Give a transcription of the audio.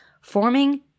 forming